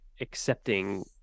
accepting